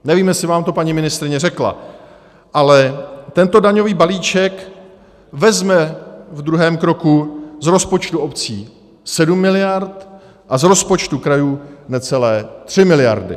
Nevím, jestli vám to paní ministryně řekla, ale tento daňový balíček vezme v druhém kroku z rozpočtu obcí 7 miliard a z rozpočtu krajů necelé 3 miliardy.